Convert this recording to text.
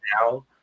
now